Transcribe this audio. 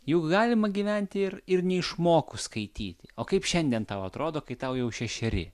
juk galima gyventi ir ir neišmokus skaityti o kaip šiandien tau atrodo kai tau jau šešeri